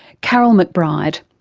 karyl mcbride.